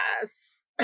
Yes